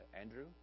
Andrew